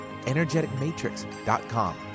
energeticmatrix.com